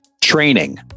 training